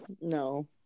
No